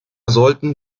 sollten